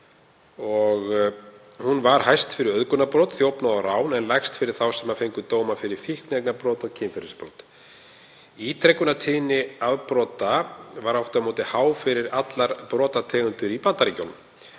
Hún var hæst fyrir auðgunarbrot, þjófnað og rán en lægst fyrir þá sem fengu dóm fyrir fíkniefnabrot og kynferðisbrot. Ítrekunartíðni afbrota var aftur á móti há fyrir allar brotategundir í Bandaríkjunum.